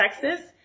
Texas